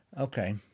Okay